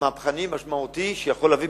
מהפכני ומשמעותי שיכול להביא,